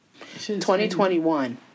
2021